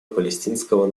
палестинского